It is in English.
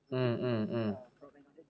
mm mm mm